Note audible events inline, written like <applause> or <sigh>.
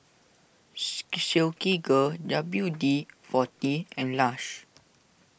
<noise> Silkygirl W D forty and Lush